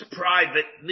private